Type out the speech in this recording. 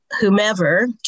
whomever